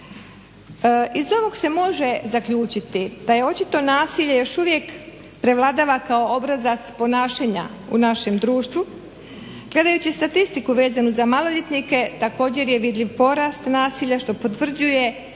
Iz ovog se može zaključiti da je očito nasilje još uvijek prevladava kao obrazac ponašanja u našem društvu. Gledajući statistiku vezanu za maloljetnike također je vidljiv porast nasilja što potvrđuje